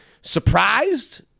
surprised